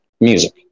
music